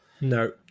No